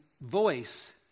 voice